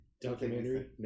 Documentary